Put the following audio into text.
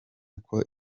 uko